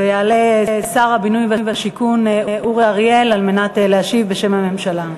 יעלה שר הבינוי והשיכון אורי אריאל על מנת להשיב בשם הממשלה.